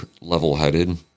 level-headed